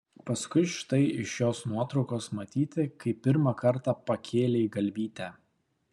paskui štai iš šios nuotraukos matyti kai pirmą kartą pakėlei galvytę